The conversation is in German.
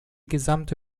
gesamte